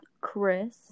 Chris